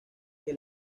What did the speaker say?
que